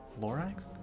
Lorax